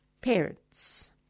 parents